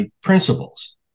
principles